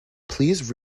please